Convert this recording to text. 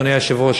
אדוני היושב-ראש,